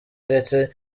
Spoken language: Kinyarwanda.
ndetse